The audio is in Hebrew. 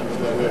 סקטוריאלית,